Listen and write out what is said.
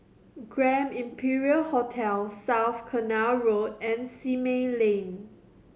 Grand Imperial Hotel South Canal Road and Simei Lane